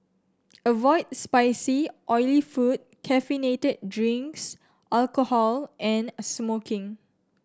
avoid spicy oily food caffeinated drinks alcohol and a smoking